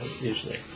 usually